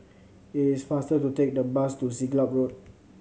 it is faster to take the bus to Siglap Road